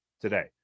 today